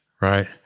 Right